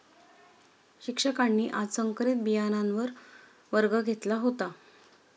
शिक्षकांनी आज संकरित बियाणांवर वर्ग घेतला होता